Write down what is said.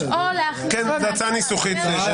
זו הצעה ניסוחית.